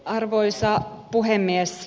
arvoisa puhemies